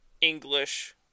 English